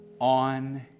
on